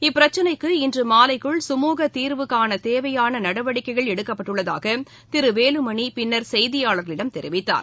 இப்பிரச்சினைக்கு இன்று மாலைக்குள் சுமூக தீர்வு காண தேவையான நடவடிக்கைகள் எடுக்கப்பட்டுள்ளதாக திரு வேலுமணி பின்னர் செய்தியாளர்களிடம் தெரிவித்தார்